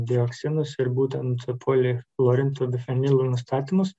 dioksinus ir būtent poli chlorintų bifenilų nustatymus